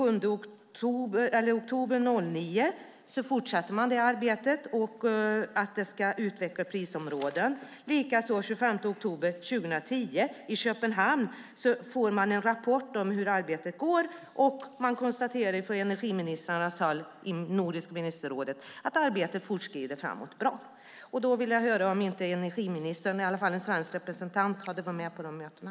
I oktober 2009 fortsatte man det arbetet om att utveckla elprisområden. Den 25 oktober 2010 i Köpenhamn var det en rapport om hur arbetet går, och från energiministrarnas håll i Nordiska ministerrådet konstaterade man att arbetet fortskrider bra. Då vill jag höra om inte energiministern eller i varje fall en svensk representant hade varit med på de mötena.